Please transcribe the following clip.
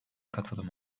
katılım